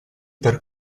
per